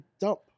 dump